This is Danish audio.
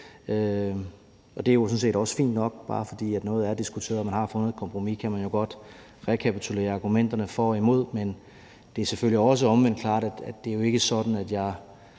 og det er jo sådan set også fint nok. Bare fordi noget er diskuteret og man har fundet et kompromis, kan man jo godt rekapitulere argumenterne for og imod, men det er selvfølgelig også omvendt klart, at det ikke er sådan, at jeg